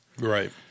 Right